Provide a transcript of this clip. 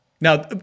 Now